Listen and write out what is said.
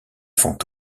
font